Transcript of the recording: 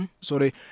sorry